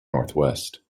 northwest